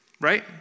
Right